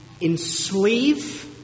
enslave